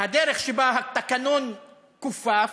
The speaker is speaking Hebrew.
הדרך שבה התקנון כופף,